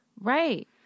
right